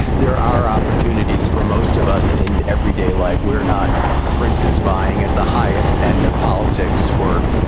there are opportunities for most of us in everyday life. we're not princes vying at the highest end of politics for